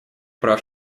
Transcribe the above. прав